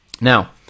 Now